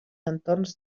entorns